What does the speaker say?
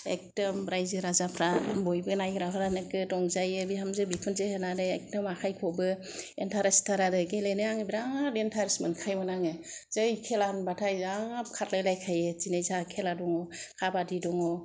एकदम रायजो रायजाफ्रा बयबो नायग्राफ्रा नोगोद रंजायो बिहामजो बिखुनजो होननानै एकदम आखाय खबो एन्टारेस्ट थार आरो गेलेनो आङो बेराद एन्टारेस्ट मोनखायोमोन आङो जै खेला होनबाथाय जा खारलाय लायखायो बिदिनो जा खेला दङ काबाद्दि दङ